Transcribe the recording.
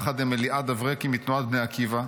יחד עם אליעד אברקי מתנועת בני עקיבא,